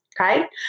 Okay